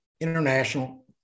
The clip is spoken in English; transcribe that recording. international